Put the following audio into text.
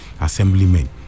assemblymen